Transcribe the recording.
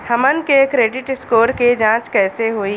हमन के credit score के जांच कैसे होइ?